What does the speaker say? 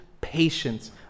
patience